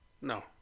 No